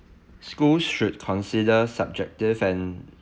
schools should consider subjective and